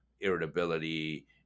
irritability